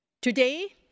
Today